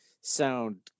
sound